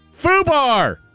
FUBAR